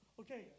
Okay